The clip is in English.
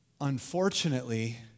unfortunately